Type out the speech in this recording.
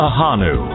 Ahanu